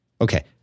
Okay